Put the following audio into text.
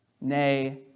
nay